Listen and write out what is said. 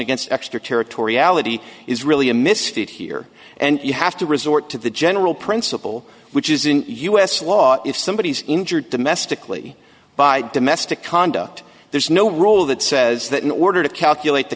against extraterritoriality is really a misfit here and you have to resort to the general principle which is in u s law if somebody is injured domestically by domestic conduct there's no rule that says that in order to calculate the